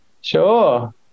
Sure